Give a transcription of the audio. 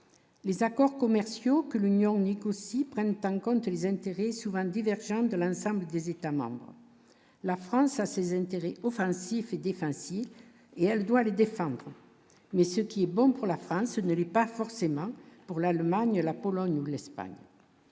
les accords commerciaux que l'Union négocie prennent en compte les intérêts souvent divergents de l'ensemble des États-membres, la France a ses intérêts offensifs et des fins civiles et elle doit le défendre mais ce qui est bon pour la France, ce n'est pas forcément pour l'Allemagne, la Pologne, l'Espagne.